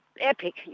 epic